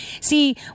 see